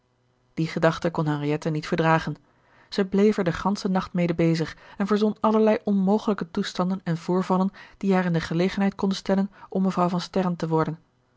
die gedachte kon henriette niet verdragen zij bleef er den ganschen nacht mede bezig en verzon allerlei onmogelijke toestanden en voorvallen die haar in de gelegenheid konden stellen om mevrouw van sterren te worden